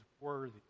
worthy